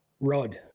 Rod